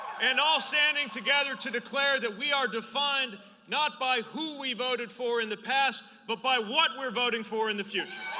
and all standing together to declare that we are defined not by who we voted for in the past but by what we are voting for in the future.